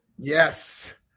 yes